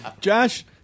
Josh –